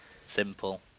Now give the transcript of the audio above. Simple